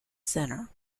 center